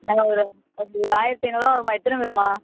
என்ன ஒரு ஒரு ஆயிரத்தி ஐநூறுபா வரும்மா எத்தனை பேரும்மா